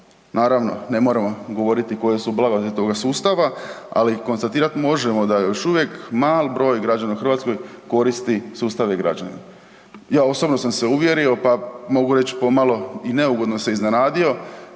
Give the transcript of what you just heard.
Naravno, ne moram vam govoriti koje su blagodati tog sustava, ali konstatirati možemo da još uvijek mali broj građana u Hrvatskoj koristi sustav e-Građani. Ja osobno sam se uvjerio, pa mogu reći pomalo i neugodno se iznenadio